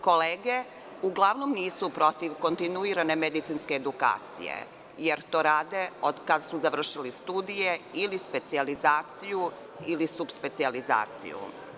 Kolege uglavnom nisu protiv kontinuirane medicinske edukacije, jer to rade od kad su završili studije ili specijalizaciju ili subspecijalizaciju.